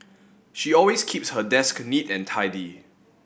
she always keeps her desk neat and tidy